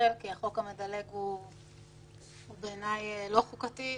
דיון ממצה ואינטליגנטי ועלו בו דברים.